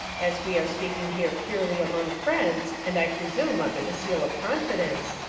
as we are speaking here purely among friends and i presume under the seal of confidence,